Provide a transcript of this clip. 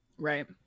Right